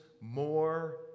more